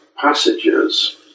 passages